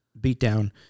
beatdown